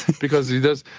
because he does,